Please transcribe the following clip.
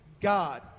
God